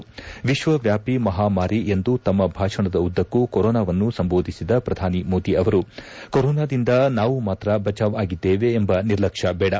ವಿಶ್ಲವ್ಯಾಪಿ ಮಹಾಮಾರಿ ಎಂದು ತಮ್ನ ಭಾಷಣದ ಉದ್ಲಕ್ಕೂ ಕೊರೊನಾವನ್ನು ಸಂಬೋಧಿಸಿದ ಪ್ರಧಾನಿ ಮೋದಿ ಅವರು ಕೊರೊನಾದಿಂದ ನಾವು ಮಾತ್ರ ಬಚಾವ್ ಆಗಿದ್ದೇವೆ ಎಂಬ ನಿರ್ಲಕ್ಷ್ಯ ಬೇಡ